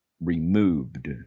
removed